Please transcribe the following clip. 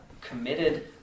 Committed